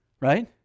Right